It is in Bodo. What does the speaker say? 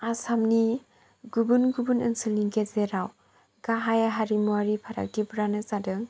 आसामनि गुबुन गुबुन ओनसोलनि गेजेराव गाहाय हारिमुआरि फारागथिफ्रानो जादों